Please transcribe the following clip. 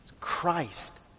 Christ